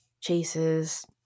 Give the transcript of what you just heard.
chases